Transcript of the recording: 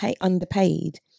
underpaid